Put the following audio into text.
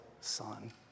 son